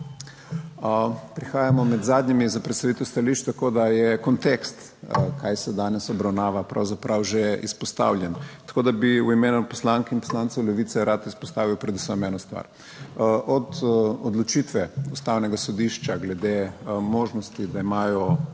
Prihajamo med zadnjimi za predstavitev stališč, tako da je kontekst, kaj se danes obravnava, pravzaprav že izpostavljen. Tako da bi v imenu poslank in poslancev Levice rad izpostavil predvsem eno stvar. Od odločitve Ustavnega sodišča glede možnosti, da imajo